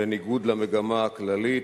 בניגוד למגמה הכללית,